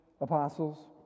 apostles